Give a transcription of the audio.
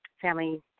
family